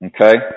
Okay